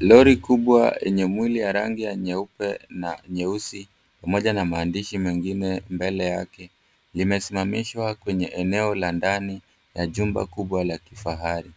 Lori kubwa yenye mwili ya rangi ya nyeupe na nyeusi pamoja na maandishi mengine mbele yake limesimamishwa kwenye eneo la ndani ya jumba kubwa la kifahari.